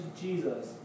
Jesus